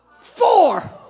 four